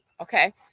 okay